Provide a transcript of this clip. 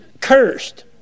cursed